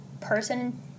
person